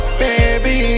baby